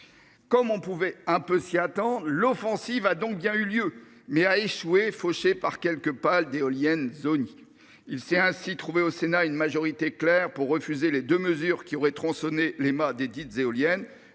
Comme on pouvait un peu si attends l'offensive a donc bien eu lieu mais a échoué fauché par quelques pales d'éoliennes zoning, il s'est ainsi trouvé au Sénat une majorité claire pour refuser les 2 mesures qui auraient tronçonner les ma dédite éoliennes,